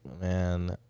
Man